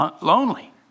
lonely